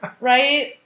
Right